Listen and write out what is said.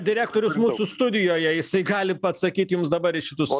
direktorius mūsų studijoje jisai gali atsakyt jums dabar šitus